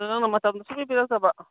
ꯑꯗꯨꯗ ꯅꯪꯅ ꯃꯇꯝ ꯁꯨꯡꯄꯤ ꯄꯤꯔꯛꯇꯕ